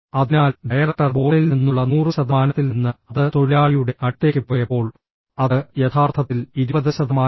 അതിനാൽ ഡയറക്ടർ ബോർഡിൽ നിന്നുള്ള 100 ശതമാനത്തിൽ നിന്ന് അത് തൊഴിലാളിയുടെ അടുത്തേക്ക് പോയപ്പോൾ അത് യഥാർത്ഥത്തിൽ 20 ശതമാനമായി